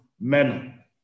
manner